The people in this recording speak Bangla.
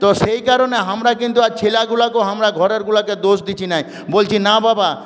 তো সেই কারণে আমরা কিন্তু আর ছেলেগুলোকে আমরা ঘরেরগুলোকে দোষ দিচ্ছি না বলছি না বাবা